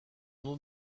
nom